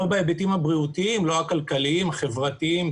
לא בהיבטים הבריאותיים ולא בהיבטים הכלכליים והחברתיים.